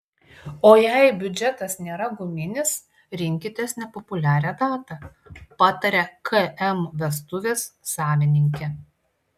o jei biudžetas nėra guminis rinkitės nepopuliarią datą pataria km vestuvės savininkė